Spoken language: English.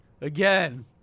Again